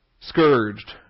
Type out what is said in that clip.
scourged